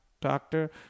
doctor